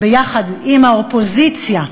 ביחד עם האופוזיציה,